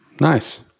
Nice